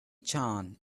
chan